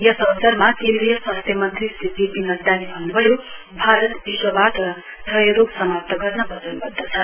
यस अवसरमा केन्द्रीय स्वास्थ्य मन्त्री श्री जेपी नड्डाले भन्न्भयो भारत विश्वबाट क्षयरोग समाप्त गर्न वचनवद्ध छ